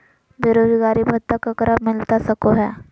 बेरोजगारी भत्ता ककरा मिलता सको है?